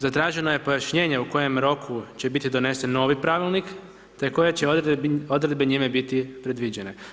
Zatraženo je pojašnjenje u kojem roku će biti donesen novi Pravilnik, te koje će odredbe njime biti predviđene.